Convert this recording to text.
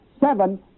seven